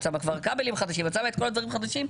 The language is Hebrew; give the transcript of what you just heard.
כבלים חדשים ואת כל הדברים החדשים.